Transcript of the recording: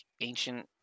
ancient